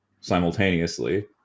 simultaneously